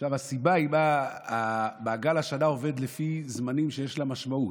הסיבה היא שמעגל השנה עובד לפי זמנים שיש להם משמעות.